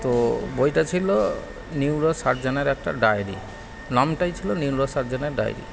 তো বইটা ছিল নিউরোসার্জেনের একটা ডায়েরী নামটাই ছিল নিউরোসার্জেনের ডায়েরী